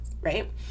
right